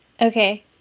Okay